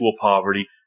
poverty